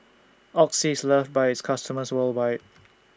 Oxy IS loved By its customers worldwide